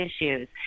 issues